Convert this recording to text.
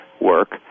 work